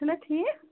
چھُنا ٹھیٖک